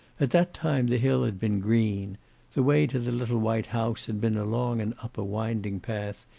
at that time the hill had been green the way to the little white house had been along and up a winding path,